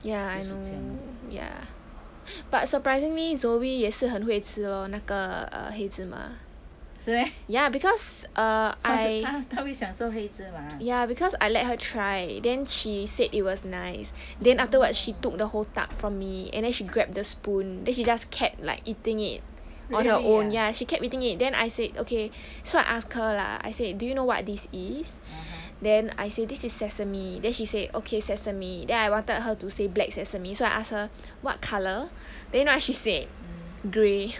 ya I know ya but surprisingly zoe 也是很会吃哦那个 err 黑芝麻 ya because err I ya because I let her try then she said it was nice then afterwards she took the whole tub from me and then she grabbed the spoon then she just kept like eating it on her own ya she kept eating it then I said okay so I ask her lah I said do you know what this is then I say this is sesame then she say okay sesame then I wanted her to say black sesame so I ask her what colour then ah she said grey